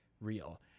real